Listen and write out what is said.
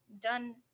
done